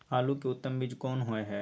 आलू के उत्तम बीज कोन होय है?